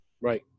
Right